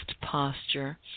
posture